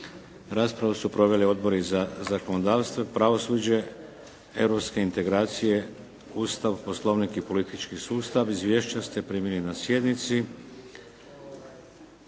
Raspravu su proveli Odbori za zakonodavstvo, pravosuđe, europske integracije, Ustav, Poslovnik i politički sustav. Izvješća ste primili na sjednici.